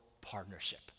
partnership